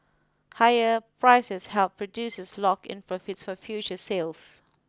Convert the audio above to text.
higher prices help producers lock in profits for future sales